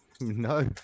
No